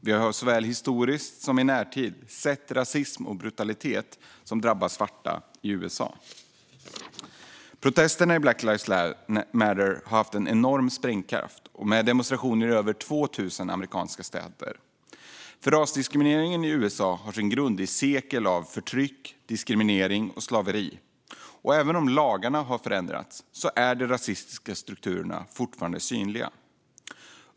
Vi har såväl historiskt som i närtid sett rasism och brutalitet som drabbar svarta i USA. Protesterna i Black lives matter har haft en enorm sprängkraft med demonstrationer i över 2 000 amerikanska städer. Rasdiskrimineringen i USA har sin grund i sekler av förtryck, diskriminering och slaveri. Även om lagar har förändrats är de rasistiska strukturerna fortfarande synliga.